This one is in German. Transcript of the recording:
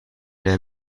der